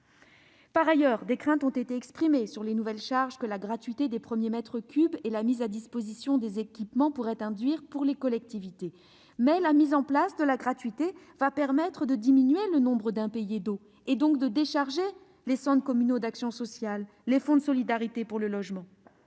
Par ailleurs, des craintes ont été exprimées sur les nouvelles charges que la gratuité des premiers mètres cubes et la mise à disposition des équipements pourraient induire pour les collectivités. Cependant, la mise en place de la gratuité va permettre de diminuer le nombre d'impayés d'eau et, donc, de décharger les centres communaux d'action sociale et les fonds de solidarité pour le logement.